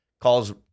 calls